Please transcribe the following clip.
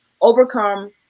overcome